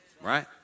Right